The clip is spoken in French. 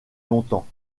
longtemps